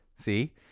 See